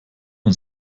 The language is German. und